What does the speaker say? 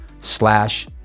slash